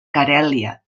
carèlia